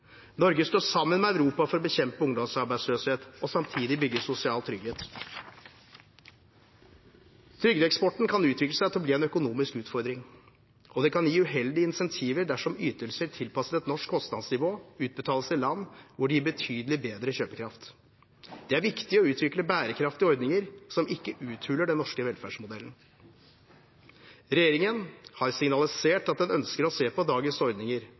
Norge står sammen med Europa for å bekjempe ungdomsarbeidsløshet og samtidig bygge sosial trygghet. Trygdeeksporten kan utvikle seg til å bli en økonomisk utfordring, og det kan gi uheldige incentiver dersom ytelser tilpasset et norsk kostnadsnivå utbetales til land hvor de gir betydelig bedre kjøpekraft. Det er viktig å utvikle bærekraftige ordninger som ikke uthuler den norske velferdsmodellen. Regjeringen har signalisert at den ønsker å se på dagens ordninger